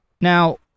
Now